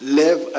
live